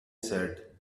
said